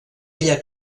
ella